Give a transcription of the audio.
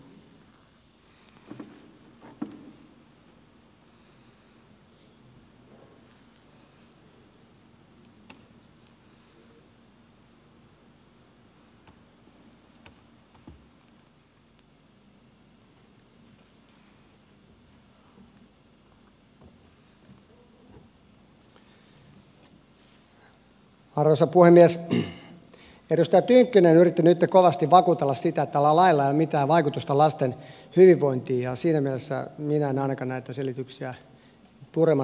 edustaja tynkkynen yritti nyt kovasti vakuutella sitä että tällä lailla ei ole mitään vaikutusta lasten hyvinvointiin ja siinä mielessä minä en ainakaan näitä selityksiä purematta niele